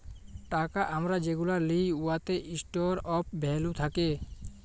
টাকা আমরা যেগুলা লিই উয়াতে ইস্টর অফ ভ্যালু থ্যাকে